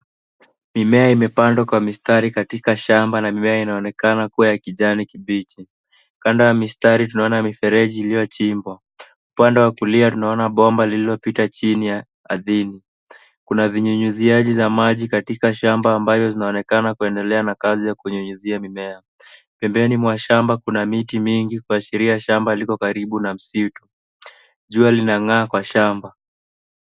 Mimea imepandwa kwa mistari shambani na inaonekana kuwa katika hatua ya awali ya ukuaji, ikiwa na majani mabichi. Kando ya mistari, kuna mifereji iliyochimbwa. Upande wa kulia, kuna bomba lililopitishwa chini ya ardhi. Pia kuna mfumo wa kunyunyizia maji shambani unaoendelea kufanya kazi, ukimwagilia mimea